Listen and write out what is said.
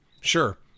Sure